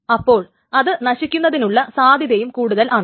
അപ്പോൾ അത് നശിക്കുന്നതിനുള്ള സാധ്യതയും കൂടുതൽ ആണ്